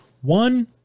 One